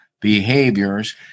behaviors